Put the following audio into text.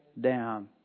down